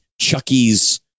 Chucky's